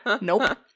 Nope